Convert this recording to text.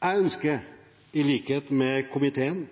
Jeg ønsker